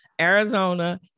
Arizona